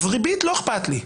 אז ריבית לא אכפת לי.